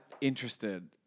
interested